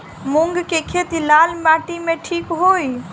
मूंग के खेती लाल माटी मे ठिक होई?